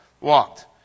walked